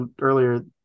earlier